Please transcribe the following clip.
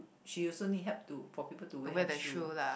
she also need help to for people to wear her shoe